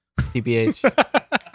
TBH